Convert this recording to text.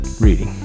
reading